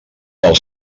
del